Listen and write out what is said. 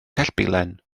cellbilen